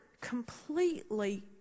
completely